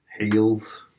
Heels